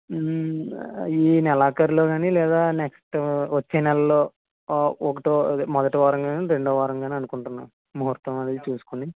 ఈ నెలఖరిలో గాని లేదా నెక్స్ట్ వచ్చే నెలలో ఒకటవ మొదటి వారంలో కాని రెండవ వారం కాని అనుకుంటున్న ముహూర్తం అది ఇది చూసుకొని